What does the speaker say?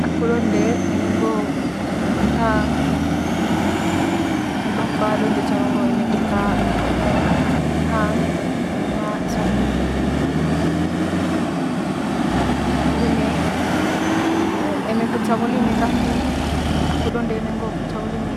Aku donde ngo'o kut hang hi bapa donde caro ngo'o kut hang olo samo lime di samo lime, eme kut samo lime kaku aku donde eme ngo kut samo lime